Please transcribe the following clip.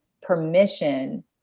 permission